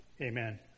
Amen